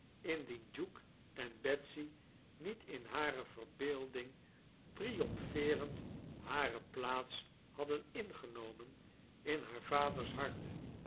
indien duke en betsy niet in hare verbeelding triomfeerend hare plaats hadden ingenomen in haar vaders hart